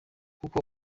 kuko